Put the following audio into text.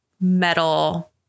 metal